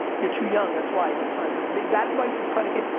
you're too young, that's why, you got time and that advice is predicated,